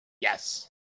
yes